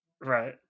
Right